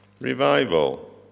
Revival